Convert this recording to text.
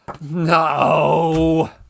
No